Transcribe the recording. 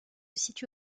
situe